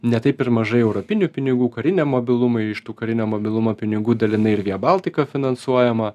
ne taip ir mažai europinių pinigų kariniam mobilumui iš tų karinio mobilumo pinigų dalinai ir via baltica finansuojama